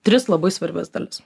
tris labai svarbias dalis